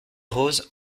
rose